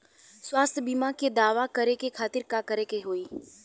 स्वास्थ्य बीमा के दावा करे के खातिर का करे के होई?